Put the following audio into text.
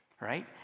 right